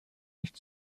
nicht